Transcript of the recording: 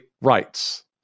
rights